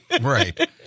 Right